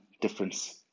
difference